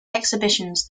exhibitions